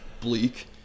bleak